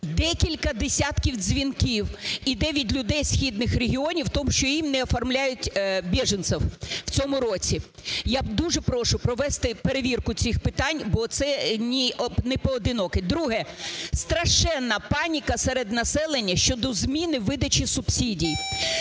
декілька десятків дзвінків іде від людей зі східних регіонів тому, що їм не оформляють "беженцев" в цьому році. Я дуже прошу провести перевірку цих питань, бо це непоодинокі. Друге. Страшенна паніка серед населення щодо зміни видачі субсидій.